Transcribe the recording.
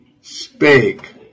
spake